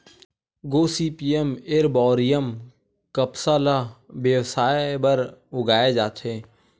Gossypium arboreum कपसा ल बेवसाय बर उगाए जाथे